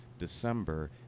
December